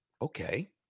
Okay